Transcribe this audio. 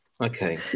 Okay